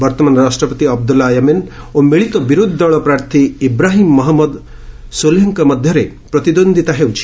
ବର୍ତ୍ତମାନ ରାଷ୍ଟ୍ରପତି ଅବଦୁଲ୍ଲୁ ୟାମିନ୍ ଓ ମିଳିତ ବିରୋଧି ଦଳ ପ୍ରାର୍ଥୀ ଇବ୍ରାହିମ୍ ମହମ୍ମଦ ସୋଲିହଙ୍କ ମଧ୍ୟରେ ପ୍ରତିଦ୍ୱନ୍ଦିତା ହେଉଛି